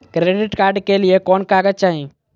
Credit card के लिए कौन कागज चाही?